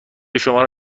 شما